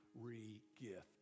re-gift